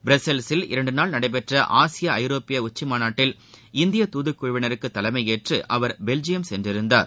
ப்ரசெல்ஸில் இரண்டு நாள் நடைபெற்ற ஆசிய ஐரோப்பிய உச்சி மாநாட்டில் இந்திய தூதுக்குழுவினருக்கு தலைமையேற்று அவர் பெல்ஜியம் சென்றிருந்தார்